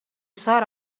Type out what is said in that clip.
sought